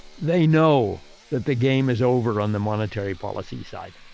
they know that the game is over on the monetary policy side.